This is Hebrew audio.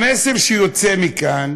המסר שיוצא מכאן,